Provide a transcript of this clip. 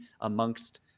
amongst